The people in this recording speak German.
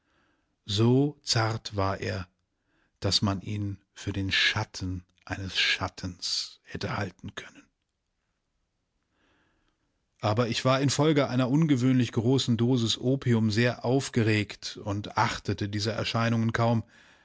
so zart war er daß man ihn für den schatten eines schattens hätte halten können aber ich war infolge einer ungewöhnlich großen dosis opium sehr aufgeregt und achtete dieser erscheinungen kaum